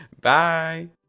Bye